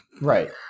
Right